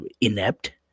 inept